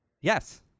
Yes